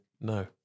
no